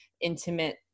intimate